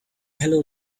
hello